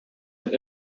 seit